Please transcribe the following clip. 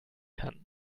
kann